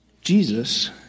Jesus